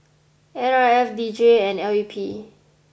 N R F D J and L U P